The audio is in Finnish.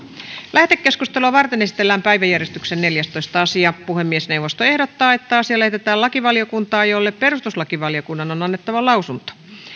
lähetekeskustelua varten esitellään päiväjärjestyksen neljästoista asia puhemiesneuvosto ehdottaa että asia lähetetään lakivaliokuntaan jolle perustuslakivaliokunnan on annettava lausunto